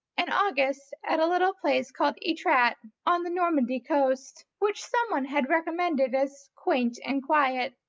and august at a little place called etretat, on the normandy coast, which some one had recommended as quaint and quiet.